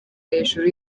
hejuru